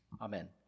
Amen